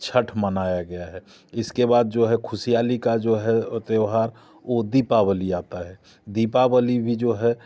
छठ मनाया गया है इसके बाद जो है खुशहाली का जो है ओ त्यौहार ओ दीपावली आता है दीपावली भी जो है लोग